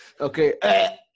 Okay